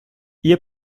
ihr